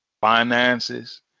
Finances